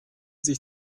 sich